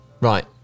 Right